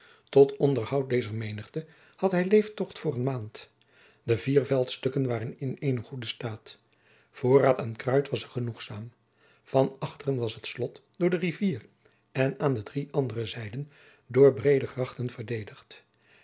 tot onderhoud dezer menigte had hij leeftocht voor eene maand de vier veldstukken waren in eenen goeden staat voorraad aan kruid was er genoegzaam van achteren was het slot door de rivier en aan de drie andere zijden door breede grachten verdedigd